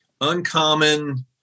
uncommon